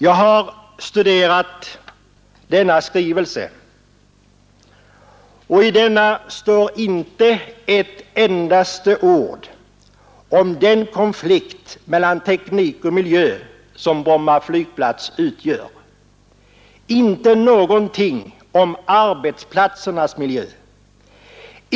Jag har studerat denna skrivelse, och i den står inte ett enda ord om den konflikt mellan teknik och miljö som Bromma flygplats utgör. Inte någonting om arbetsplatsernas miljö.